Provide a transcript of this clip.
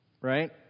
right